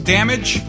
Damage